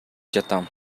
жатам